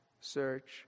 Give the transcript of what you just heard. search